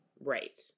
Right